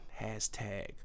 hashtag